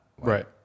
Right